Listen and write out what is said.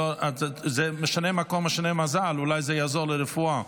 זה משנה מקום משנה מזל, אולי זה יעזור לרפואה.